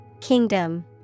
Kingdom